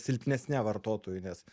silpnesne vartotojui nes